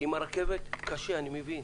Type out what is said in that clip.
עם הרכבת קשה, אני מבין,